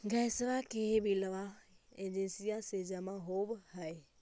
गैसवा के बिलवा एजेंसिया मे जमा होव है?